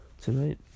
Tonight